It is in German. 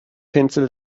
pinselt